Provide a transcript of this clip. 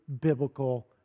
biblical